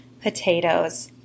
potatoes